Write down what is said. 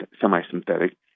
semi-synthetic